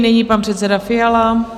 Nyní pan předseda Fiala.